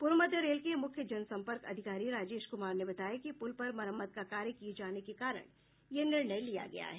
पूर्व मध्य रेल के मुख्य जनसंपर्क अधिकारी राजेश कुमार ने बताया कि पुल पर मरम्मत का कार्य किये जाने के कारण यह निर्णय लिया गया है